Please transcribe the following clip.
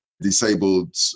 disabled